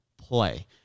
play